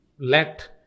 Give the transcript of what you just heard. let